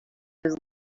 was